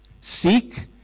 Seek